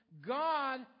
God